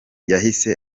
yahise